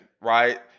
Right